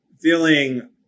feeling